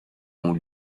ont